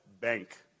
Bank